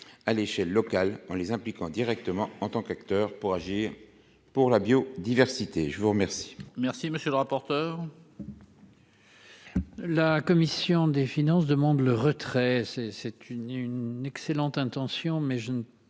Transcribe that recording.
à l'échelle locale en les impliquant directement en tant qu'acteur pour agir pour la bio diversité, je vous remercie.